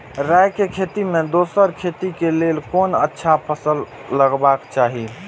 राय के खेती मे दोसर खेती के लेल कोन अच्छा फसल लगवाक चाहिँ?